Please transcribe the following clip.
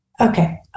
Okay